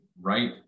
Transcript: right